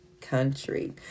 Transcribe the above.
country